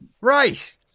right